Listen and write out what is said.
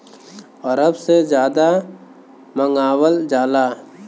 अरब से जादा मंगावल जाला